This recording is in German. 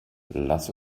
lass